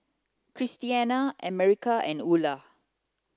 Christiana America and Ula